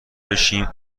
بشیم